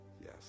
Yes